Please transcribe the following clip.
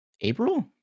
April